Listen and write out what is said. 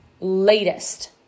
latest